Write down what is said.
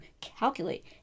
calculate